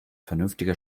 vernünftiger